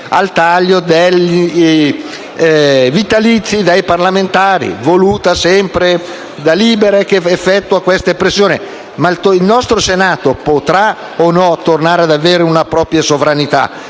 al taglio dei vitalizi dei parlamentari, voluto sempre da Libera, che effettua queste pressioni. Ma il nostro Senato potrà o no tornare ad avere una propria sovranità,